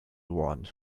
one